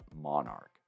Monarch